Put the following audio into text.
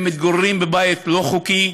הם מתגוררים בבית לא חוקי,